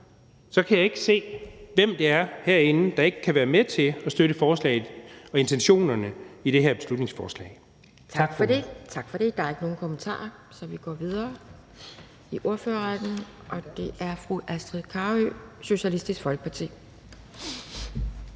kan jeg ikke se, hvem det er herinde, der ikke kan være med til at støtte forslaget og intentionerne i det her beslutningsforslag. Kl. 12:57 Anden næstformand (Pia Kjærsgaard): Tak for det. Der er ikke nogen korte bemærkninger, så vi går videre i ordførerrækken med fru Astrid Carøe, Socialistisk Folkeparti.